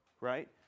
right